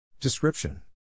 description